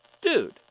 Dude